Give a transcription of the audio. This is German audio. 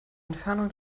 entfernung